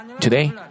Today